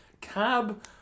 cab